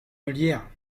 meulière